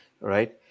right